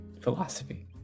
philosophy